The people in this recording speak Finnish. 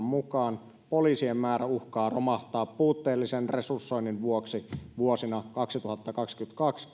mukaan poliisien määrä uhkaa romahtaa puutteellisen resursoinnin vuoksi vuosina kaksituhattakaksikymmentäkaksi